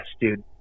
dude